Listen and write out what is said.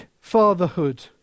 fatherhood